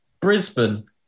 Brisbane